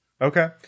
Okay